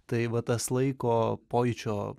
tai va tas laiko pojūčio